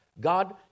God